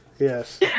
Yes